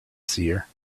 seer